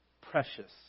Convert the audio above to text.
precious